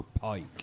Pike